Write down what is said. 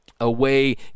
Away